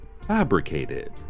fabricated